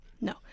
no